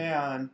Man